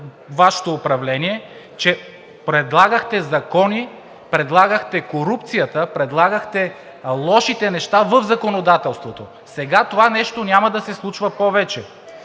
Вашето управление, че предлагахте законите, предлагахте корупцията, предлагахте лошите неща в законодателството. Това нещо няма да се случва повече,